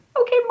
okay